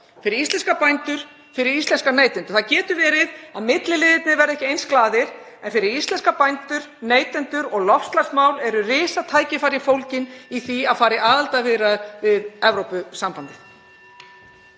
fyrir íslenska bændur og íslenska neytendur. Það getur verið að milliliðirnir verði ekki eins glaðir en fyrir íslenska bændur, neytendur og loftslagsmál eru risatækifæri fólgin í því að fara í aðildarviðræður við Evrópusambandið.